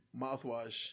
mouthwash